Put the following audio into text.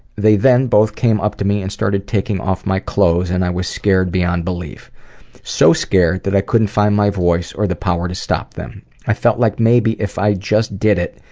they both came up to me and started taking off my clothes, and i was scared beyond belief so scared that i couldn't find my voice or the power to stop them. i felt like maybe if i just did it,